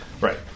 Right